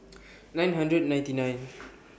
nine hundred and ninety nine